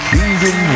Kingdom